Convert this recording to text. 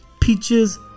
peaches